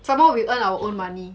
some more we earn our own money